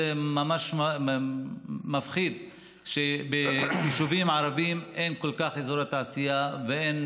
זה ממש מפחיד שביישובים ערביים אין כל כך אזורי תעשייה ואין